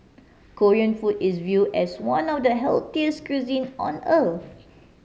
Korean food is view as one of the healthiest cuisin on earth